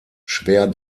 schwer